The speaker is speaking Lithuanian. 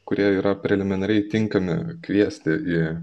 kurie yra preliminariai tinkami kviesti į